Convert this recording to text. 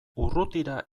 urrutira